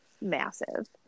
massive